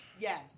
Yes